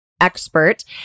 expert